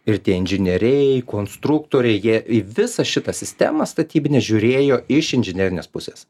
ir tie inžinieriai konstruktoriai jie į visą šitą sistemą statybinę žiūrėjo iš inžinerinės pusės